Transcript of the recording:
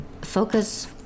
focus